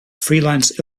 freelance